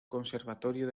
conservatorio